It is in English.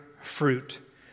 fruit